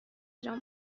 جان